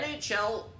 NHL